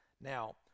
Now